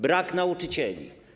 Brak nauczycieli.